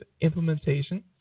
implementation